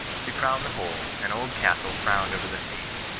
to crown the whole, an old castle frowned over the stream,